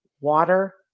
water